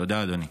תודה, אדוני.